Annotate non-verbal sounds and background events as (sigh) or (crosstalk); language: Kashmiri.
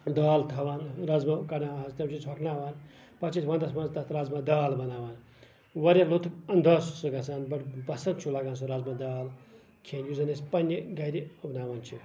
دال تھاوان رازمہ (unintelligible) چھِ أسۍ ہۄکھناوان پَتہٕ چھِ وَندَس منٛز أسۍ تَتھ رازما دال بَناوان واریاہ لُطُف اَندازٕ چھ سُہ گژھان بَڑٕ پَسند چھُ لگان سُہ رازما دال کھٮ۪نۍ یُس زَن اَسہِ پَنٕنہِ گرِ ہۄکھناوان چھِ